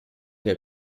che